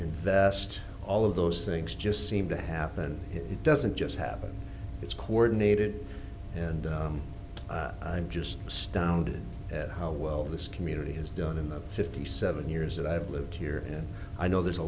invest all of those things just seem to happen it doesn't just happen it's coordinated and i'm just stunned at how well this community has done in the fifty seven years that i've lived here and i know there's a